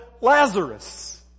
Lazarus